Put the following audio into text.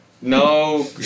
no